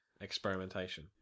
experimentation